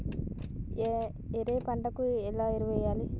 ఏయే పంటకు ఏ ఎరువులు వాడాలి?